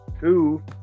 Two